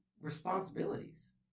responsibilities